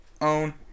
own